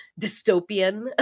dystopian